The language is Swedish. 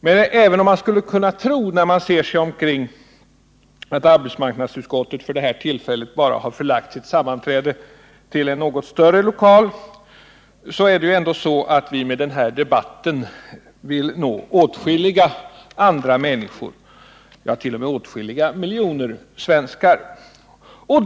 Men även om man skulle kunna tro, när man här ser sig omkring, att arbetsmarknadsutskottet vid det här tillfället bara har förlagt sitt sammanträde till en något större lokal, är det ju ändå så att vi med den här debatten vill nå också åtskilliga andra människor, ja åtskilliga miljoner svenskar.